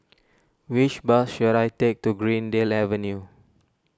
which bus should I take to Greendale Avenue